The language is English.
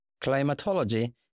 Climatology